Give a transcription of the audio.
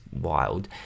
wild